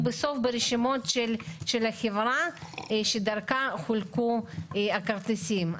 בסוף ברשימות של החברה שדרכה חולקו הכרטיסים.